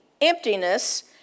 emptiness